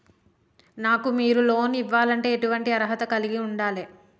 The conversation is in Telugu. నాకు మీరు లోన్ ఇవ్వాలంటే ఎటువంటి అర్హత కలిగి వుండాలే?